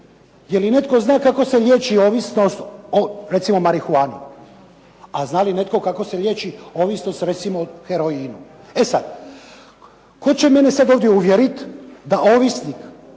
Je li netko zna kako se liječi ovisnost o recimo marihuani? A zna li netko kako se liječi ovisnost recimo o heroinu? E sad, tko će mene sad dalje uvjeriti da ovisnik